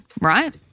right